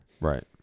Right